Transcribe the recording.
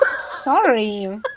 sorry